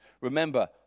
Remember